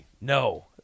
no